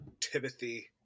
timothy